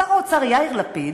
שר האוצר יאיר לפיד